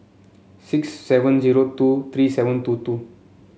six seven zero two three seven two two